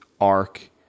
arc